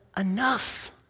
enough